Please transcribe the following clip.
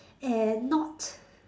and not